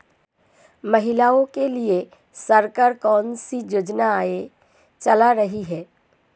महिलाओं के लिए सरकार कौन सी योजनाएं चला रही है?